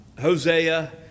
Hosea